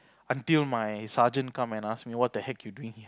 until my sergeant come and ask me what the heck you doing